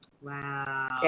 Wow